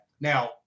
Now